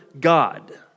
God